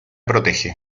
protege